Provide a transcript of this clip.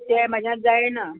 ते म्हाज्यान जायना हय